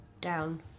down